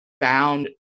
found